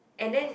and then